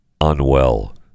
unwell